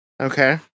Okay